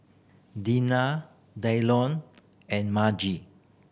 Deana Dylon and Margie